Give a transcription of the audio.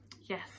yes